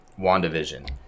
WandaVision